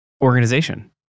organization